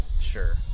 Sure